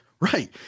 Right